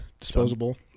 Disposable